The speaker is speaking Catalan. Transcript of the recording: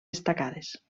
destacades